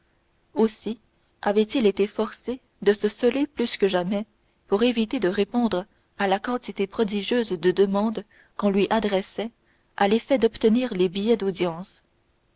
aussi avait-il été forcé de se celer plus que jamais pour éviter de répondre à la quantité prodigieuse de demandes qu'on lui adressait à l'effet d'obtenir des billets d'audience